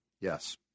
Yes